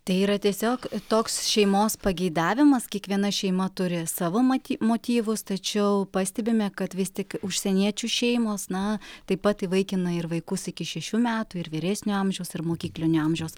tai yra tiesiog toks šeimos pageidavimas kiekviena šeima turi savo maty motyvus tačiau pastebime kad vis tik užsieniečių šeimos na taip pat įvaikina ir vaikus iki šešių metų ir vyresnio amžiaus ir mokyklinio amžiaus